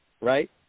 right